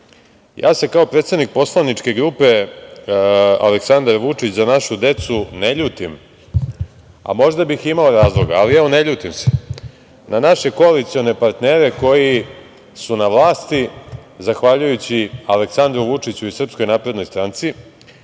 ja se kao predsednik poslaničke grupe Aleksandar Vučić – Za našu decu, ne ljutim, a možda bih imao razloga, ali evo ne ljutim se na naše koalicione partnere, koji su na vlasti zahvaljujući Aleksandru Vučiću i SNS, a koji